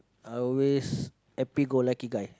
I'll always happy go lucky guy